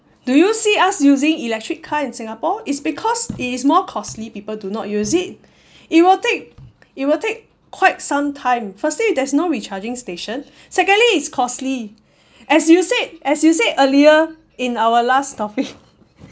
do you see us using electric car in singapore it's because it is more costly people do not use it it will take it will take quite some time firstly there's no recharging station secondly it's costly as you said as you said earlier in our last topic